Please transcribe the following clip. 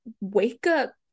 wake-up